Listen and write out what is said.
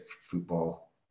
football